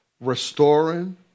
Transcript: Restoring